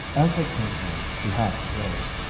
as i came in he half arose,